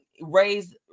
raise